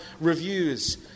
reviews